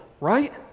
right